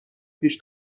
پیش